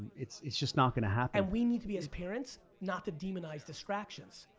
it's it's just not gonna happen. and we need to be, as parents, not to demonize distractions.